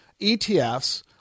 ETFs